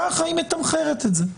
ככה היא מתמחרת את זה.